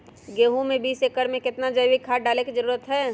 गेंहू में बीस एकर में कितना जैविक खाद डाले के जरूरत है?